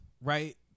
right